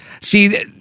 See